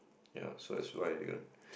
ya so it's